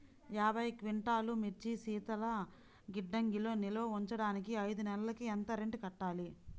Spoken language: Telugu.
యాభై క్వింటాల్లు మిర్చి శీతల గిడ్డంగిలో నిల్వ ఉంచటానికి ఐదు నెలలకి ఎంత రెంట్ కట్టాలి?